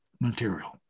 material